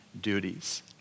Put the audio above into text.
duties